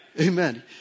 Amen